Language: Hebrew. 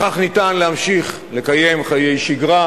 בכך ניתן להמשיך לקיים חיי שגרה